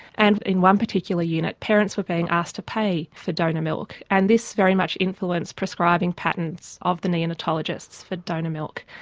and in one particular unit parents were being asked to pay for donor milk, and this very much influenced prescribing patterns of the neonatologists for donor milk.